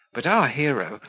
but our hero,